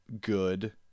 good